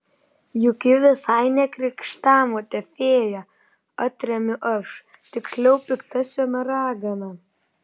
juk ji visai ne krikštamotė fėja atremiu aš tiksliau pikta sena ragana